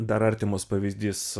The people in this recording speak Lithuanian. dar artimas pavyzdys